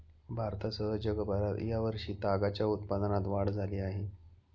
भारतासह जगभरात या वर्षी तागाच्या उत्पादनात वाढ झाली आहे